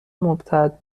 ممتد